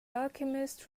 alchemist